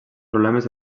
problemes